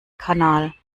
kanal